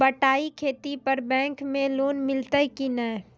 बटाई खेती पर बैंक मे लोन मिलतै कि नैय?